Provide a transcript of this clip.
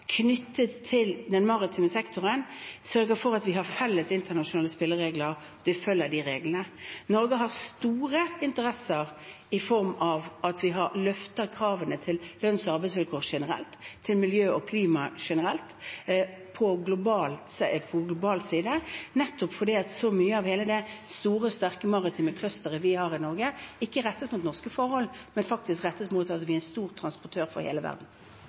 knyttet til den maritime sektoren, sørger for at vi har felles internasjonale spilleregler, og at vi følger de reglene. Norge har store interesser i form av at vi har løftet kravene til lønns- og arbeidsvilkår generelt, til miljø og klima generelt, på global side, nettopp fordi så mye av hele det store og sterke maritime clusteret vi har i Norge, ikke er rettet mot norske forhold, men faktisk rettet mot at vi er en stor transportør for hele verden.